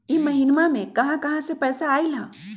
इह महिनमा मे कहा कहा से पैसा आईल ह?